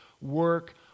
work